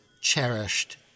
cherished